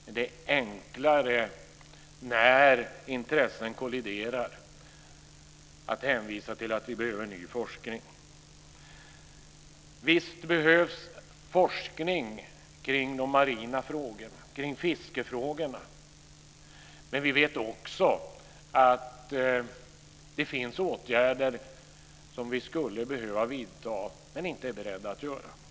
Men när intressen kolliderar är det enklare att hänvisa till att vi behöver ny forskning. Visst behövs forskning om de marina frågorna, om fiskefrågorna. Men vi vet också att det finns åtgärder som vi skulle behöva vidta men inte är beredda att vidta.